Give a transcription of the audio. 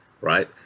right